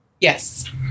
Yes